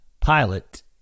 pilot